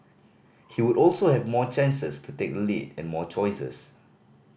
he would also have more chances to take the lead and more choices